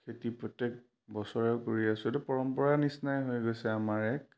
খেতি প্ৰত্যেক বছৰেই কৰি আছো এইটো পৰম্পৰা নিচিনাই হৈ গৈছে আমাৰ এক